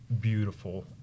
beautiful